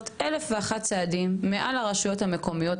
1,001 צעדים מעל הרשויות המקומיות,